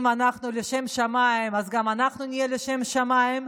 אם אנחנו לשם שמיים, אז גם אנחנו נהיה לשם שמיים.